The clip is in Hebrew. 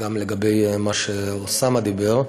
גם לגבי מה שאוסאמה דיבר.